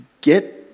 get